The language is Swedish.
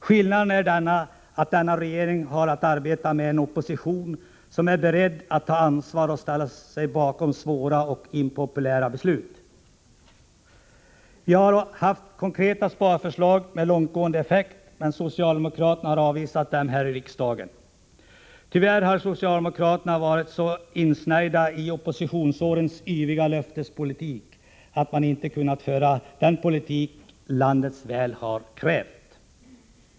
Skillnaden är att denna regering har att arbeta med en opposition som är beredd att ta ansvar och att ställa sig bakom svåra och impopulära beslut. Vi har lagt fram konkreta sparförslag med långtgående effekt, men socialdemokraterna har avvisat dem här i riksdagen. Tyvärr har socialdemokraterna varit så insnärjda i oppositionsårens yviga löftespolitik att de inte kunnat föra den politik som landets väl har krävt.